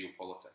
geopolitics